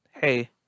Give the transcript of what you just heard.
hey